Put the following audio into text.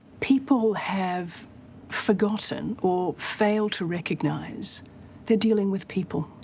people have forgotten or failed to recognise they're dealing with people.